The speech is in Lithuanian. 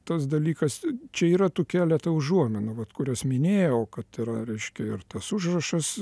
tas dalykas čia yra tų keleta užuominų vat kurias minėjau kad yra reiškia ir tas užrašas